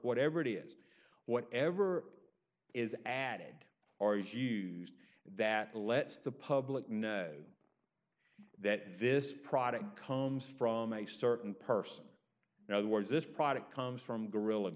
whatever it is whatever is added or is used that lets the public know that this product comes from a certain person now the words this product comes from gorilla